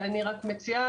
אני רק מציעה,